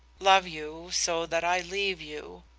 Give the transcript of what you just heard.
love you so that i leave you.